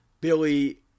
Billy